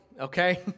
okay